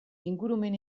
ingurumen